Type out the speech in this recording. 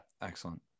excellent